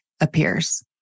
appears